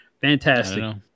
Fantastic